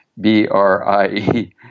b-r-i-e